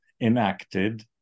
enacted